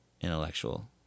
intellectual